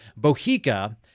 Bohica